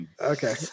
Okay